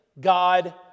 God